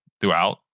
throughout